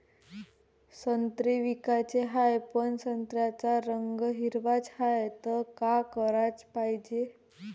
संत्रे विकाचे हाये, पन संत्र्याचा रंग हिरवाच हाये, त का कराच पायजे?